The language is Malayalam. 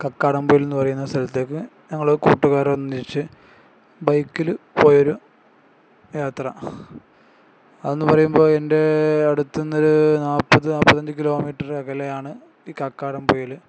കക്കാടംപോയന്ന് പറയുന്ന സ്ഥലത്തേക്ക് ഞങ്ങൾ കൂട്ടുകാർ ഒന്നിച്ച് ബൈക്കിൽ പോയൊരു യാത്ര അതെന്ന് പറയുമ്പോൾ എൻ്റെ അടുത്തുന്നൊരു നാൽപ്പത് നാൽപ്പത്തി അഞ്ച് കിലോമീറ്റർ അകലയാണ് ഈ കക്കാടംപോയിൽ